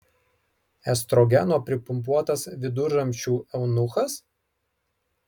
estrogeno pripumpuotas viduramžių eunuchas